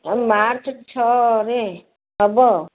March ଛଅରେ ହେବ